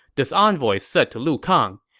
this envoy said to lu kang,